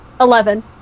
Eleven